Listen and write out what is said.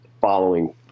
following